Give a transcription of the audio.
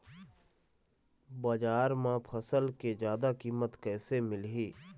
बजार म फसल के जादा कीमत कैसे मिलही?